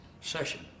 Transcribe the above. session